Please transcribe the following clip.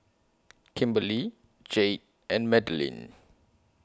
Kimberlie Jayde and Madilynn